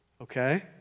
Okay